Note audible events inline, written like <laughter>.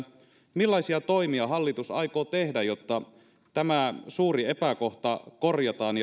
millaisia toimia hallitus aikoo tehdä jotta tämä suuri epäkohta korjataan <unintelligible>